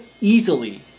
easily